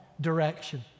direction